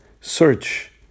search